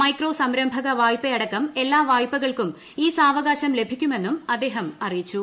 micro സംരംഭക വായ്പയടക്കം എല്ലാ വായ്പകൾക്കും ഈ സാവകാശം ലഭിക്കുമെന്നും അദ്ദേഹം അറിയിച്ചു